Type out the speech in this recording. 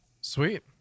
Sweet